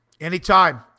Anytime